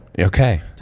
Okay